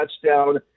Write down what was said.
touchdown